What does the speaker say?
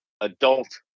adult